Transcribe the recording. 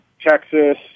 Texas